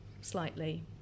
slightly